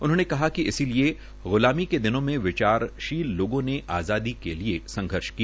उन्होंने कहा कि इसी लिए गुलामी के दिनों में विचारशील लोगों ने आजादी के लिए संघर्ष किया